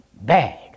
bad